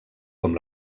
com